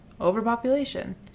Overpopulation